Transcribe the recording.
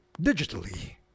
digitally